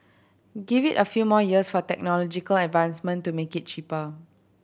give it a few more years for technological advancement to make it cheaper